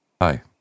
Hi